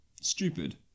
Stupid